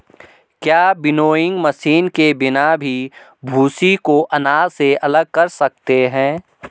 क्या winnowing machine के बिना भी भूसी को अनाज से अलग कर सकते हैं?